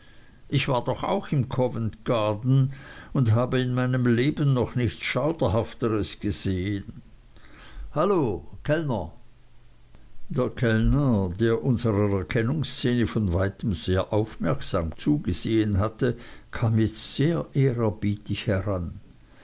ich war doch auch im covent garden und habe in meinem leben noch nichts schauderhafteres gesehen hallo kellner der kellner der unserer erkennungsszene von weitem sehr aufmerksam zugesehen hatte kam jetzt sehr ehrerbietig heran